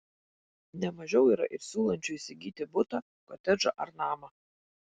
ne mažiau yra ir siūlančių įsigyti butą kotedžą ar namą